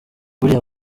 buriya